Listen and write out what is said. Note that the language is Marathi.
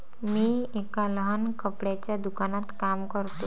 मी एका लहान कपड्याच्या दुकानात काम करतो